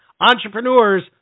entrepreneurs